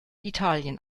italien